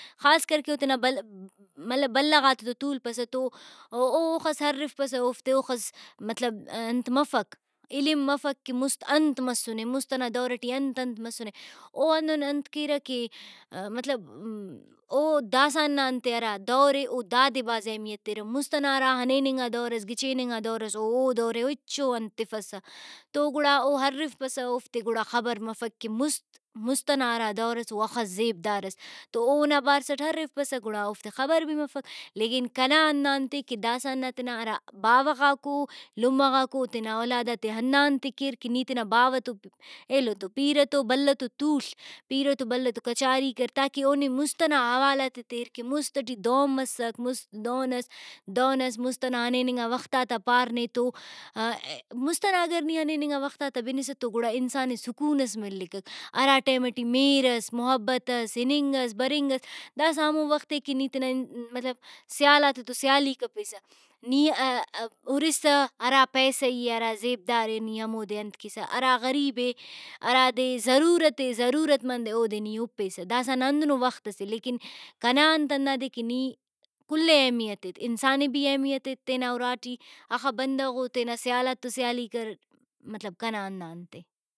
خاصکر کہ او تینا بلہ مطلب غاتتو تولپسہ تو او اوخس ہرفپسہ اوفتے اوخس مطلب انت مفک علم مفک کہ مُست انت مسنے مُست ئنا دور ٹی انت انت مسنے او ہندن انت کیرہ کہ مطلب او داسہ نا انتے ہرا دورے او دادے بھاز اہمیت تیرہ مُست ئنا ہرا ہنینگا دور اس گچین انگا دور اس او او دورے ہچو انت تفسہ تو گڑا او ہرفپسہ اوفتے گڑا خبر مفک کہ مُست مُست ئنا ہرا دور اس او ہخس زیبدار اس تو اونا بارسٹ ہرفپسہ گڑا اوفتے خبر بھی مفک لیکن کنا ہندا انتے کہ داسہ نا تینا ہرا باوہ غاکو لمہ غاکو تینا اولاداتے ہنا انتے کیر کہ نی تینا باوہ تو ایلو تو پیرہ تو بلہ تو تول پیرہ تو بلہ تو کچاری کر تاکہ اونے مُست ئنا احوالاتے تیر کہ مُست ٹی دہن مسک مُست دہن اس دہن اس مُست ئنا ہنینگا وختاتا پار نیتو مُست ئنا اگر نی ہنینگا وختاتا بنسہ تو گڑا انسانے سکون ئس ملک اک ہرا ٹیم ٹی مہر اس محبت اس اِننگ اس برنگ اس داسہ ہمو وختے کہ نی تینا مطلب سیالاتتو سیالی کپیسہ نی ہُرسہ ہرا پیسئی ہرا زیبدارے نی ہمودے انت کیسہ ہرا غریب اے ہرادے ضرورت اے ضرورت مند اے اودے نی ہُپیسہ داسہ نا ہندنو وخت سے لیکن کنا انت ہندادے کہ نی کل ئے اہمیت ایت انسان ئے بھی اہمیت ایت تینا اُراٹی ہخہ بندغو تینا سیالاتو سیالی کر مطلب کنا ہندا انتے۔